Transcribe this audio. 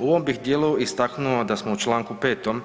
U ovom bi djelu istaknuo da smo u čl. 5.